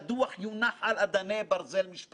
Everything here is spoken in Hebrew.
לקריירה מדהימה ומפוארת שלך,